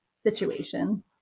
situation